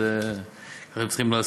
וזה מה שהם צריכים לעשות.